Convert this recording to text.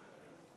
הוחלט